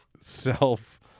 self